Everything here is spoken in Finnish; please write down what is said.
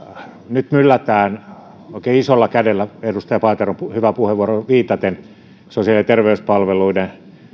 nyt myllätään oikein isolla kädellä edustaja paateron hyvään puheenvuoroon viitaten sosiaali ja terveyspalveluissa